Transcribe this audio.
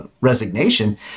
resignation